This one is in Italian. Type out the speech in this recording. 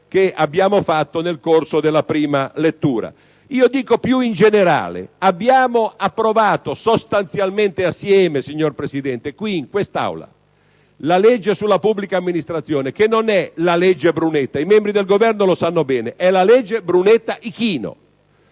che abbiamo fatto nel corso della prima lettura. Signor Presidente, abbiamo approvato sostanzialmente assieme, in quest'Aula, la legge sulla pubblica amministrazione, che non è la legge Brunetta - i membri del Governo lo sanno bene - ma la legge Brunetta-Ichino.